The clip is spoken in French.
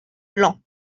blancs